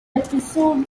episode